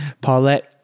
Paulette